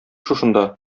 шушында